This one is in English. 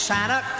Santa